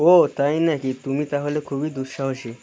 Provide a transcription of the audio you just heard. ও তাই নাকি তুমি তাহলে খুবই দুঃসাহসি